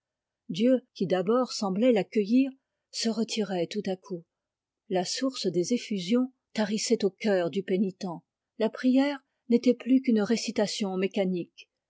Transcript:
dieu qui d'abord semblait l'accueillir se retirait tout à coup la source des effusions tarissait au cœur du pénitent la prière n'était plus qu'une récitation mécanique